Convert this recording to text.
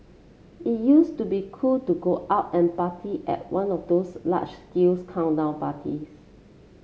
it used to be cool to go out and party at one of those large scale countdown parties